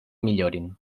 millorin